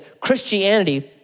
Christianity